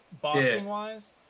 Boxing-wise